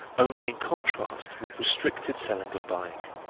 only in contrast with restricted selling and buying,